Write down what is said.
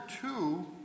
two